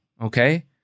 Okay